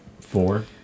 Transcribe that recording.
four